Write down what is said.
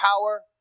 power